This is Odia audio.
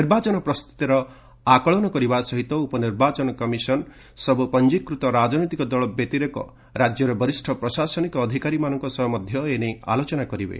ନିର୍ବାଚନ ପ୍ରସ୍ତୁତିର ଆକଳନ କରିବା ସହିତ ଉପନିର୍ବାଚନ କମିଶନ ସବୁ ପଞ୍ଜିକୃତ ରାଜନୈତିକ ଦଳ ବ୍ୟତିରେକ ରାଜ୍ୟର ବରିଷ୍ଠ ପ୍ରଶାସନିକ ଅଧିକାରୀମାନଙ୍କ ସହ ମଧ୍ୟ ଏ ନେଇ ଆଲୋଚନା କରିବେ